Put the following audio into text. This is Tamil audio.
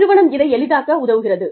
நிறுவனம் இதை எளிதாக்க உதவுகிறது